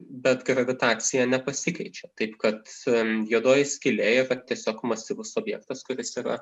bet gravitacija nepasikeičia taip kad juodoji skylė yra tiesiog masyvus objektas kuris yra